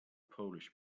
polish